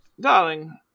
Darling